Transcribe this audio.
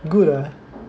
good ah